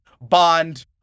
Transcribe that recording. bond